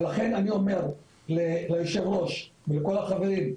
לכן, אני אומר ליושב הראש ולכל החברים,